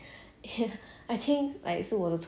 rabbits is like 他们很敏感 to very sensitive to cool